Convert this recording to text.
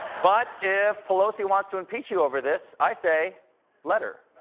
but if pelosi wants to impeach you over this, i say let ah